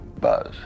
Buzz